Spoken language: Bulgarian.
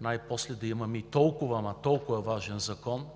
най-после да имаме този толкова важен закон